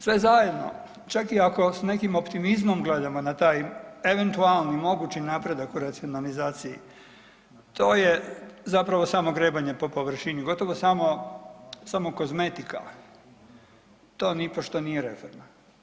Sve zajedno, čak i ako s nekim optimizmom gledamo na taj eventualni mogući napredak u racionalizaciji to je zapravo samo grebanje po površini, gotovo samo, samo kozmetika, to nipošto nije reforma.